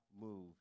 move